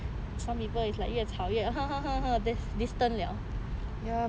some people it's like 越吵越 then distant 了